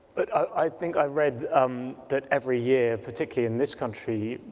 but i think i read um that every year, particularly in this country,